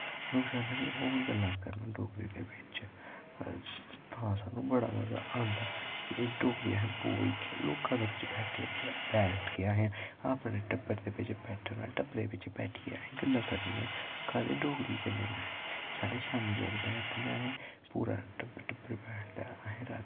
लोग चांह्दे नै होर गल्लां करन डोगरी दै बिच्च तां साह्नू बड़ा मज़ा आंदा एह् डोगरी अस बोलचै लोकां दे बिच्च बैठियै बैठ के असैं अपने टब्बर दे बिच्च बैठना टब्बरै बिच्च बैठियै असैं गल्लां करनियां पदैं डोगरी कन्नै गै साढ़े शाम्मी लोग बैठदे नै पूरा टब्बर टब्बर बैठदा ऐ असैं